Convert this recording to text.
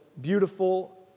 beautiful